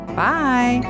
Bye